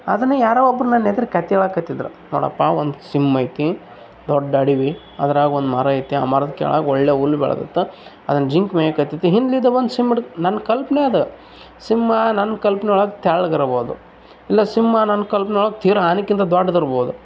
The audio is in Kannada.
ಅದನ ಯಾರೋ ಒಬ್ರು ನನ್ನ ಎದ್ರು ಕತೆ ಹೇಳಾಕತಿದ್ರ್ ನೋಡಪ್ಪಾ ಒಂದು ಸಿಂಹ ಇದೆ ದೊಡ್ಡ ಅಡವಿ ಅದ್ರಾಗ ಒಂದು ಮರ ಇದೆ ಆ ಮರದ ಕೆಳಗೆ ಒಳ್ಳೆ ಹುಲ್ ಬೆಳ್ದದೆ ಅದನ್ನು ಜಿಂಕೆ ಮೆಯಾಕತ್ತಿತು ಹಿಂದಿನಿಂದ ಬಂದ ಸಿಂಹ ಹಿಡ್ಕೊ ನನ್ನ ಕಲ್ಪನೆ ಅದು ಸಿಂಹ ನನ್ನ ಕಲ್ಪನೆ ಒಳಗೆ ತೆಳ್ಗೆ ಇರ್ಬೊದು ಇಲ್ಲಾ ಸಿಂಹ ನನ್ನ ಕಲ್ಪನೆ ಒಳಗೆ ತೀರಾ ಆನೆಗಿಂತ ದೊಡ್ದು ಇರ್ಬೊದು